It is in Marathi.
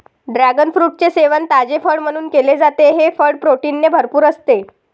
ड्रॅगन फ्रूटचे सेवन ताजे फळ म्हणून केले जाते, हे फळ प्रोटीनने भरपूर असते